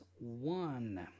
one